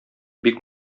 бик